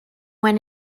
went